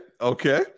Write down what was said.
Okay